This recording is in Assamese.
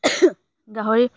গাহৰি